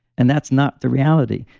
and that's not the reality.